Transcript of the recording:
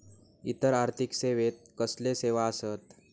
इतर आर्थिक सेवेत कसले सेवा आसत?